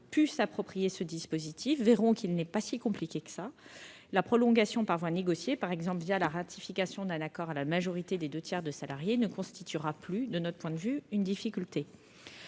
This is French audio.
pu s'approprier le dispositif, qui n'est pas si compliqué. La prolongation par voie négociée, par exemple la ratification d'un accord à la majorité des deux tiers des salariés, ne constituera plus, de notre point de vue, une difficulté.